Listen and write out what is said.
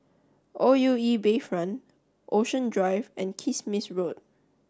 O U E Bayfront Ocean Drive and Kismis Road